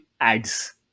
ads